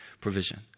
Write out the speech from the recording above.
provision